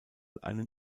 einen